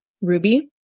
Ruby